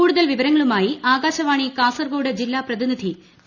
കൂടുതൽ വിവരങ്ങളുമായി ആകാശവാണി കാസർഗോഡ് ജില്ലാ പ്രതിനിധി പി